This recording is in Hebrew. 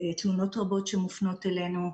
תלונות רבות שמופנות אלינו.